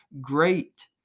Great